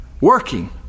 working